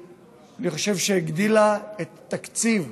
אני חושב שהיא הגדילה את התקציב